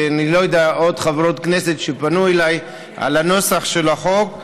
ואני לא יודע בפני עוד חברות כנסת שפנו אליי על הנוסח של החוק.